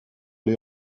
les